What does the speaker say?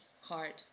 hard